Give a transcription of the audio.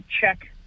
check